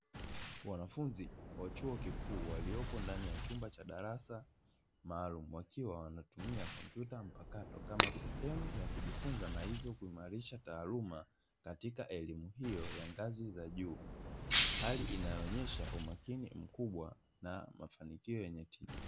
Wanafunzi wa chuo kikuu waliopo ndani ya chumba cha darasa maalumu, wakiwa wanatumia kompyuta mpakato kama sehemu ya kujifunza na hivyo kuimarisha taaluma katika elimu hiyo ya ngazi za juu, hali inayoonyesha umakini mkubwa na mafanikio yenye tija.